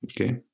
Okay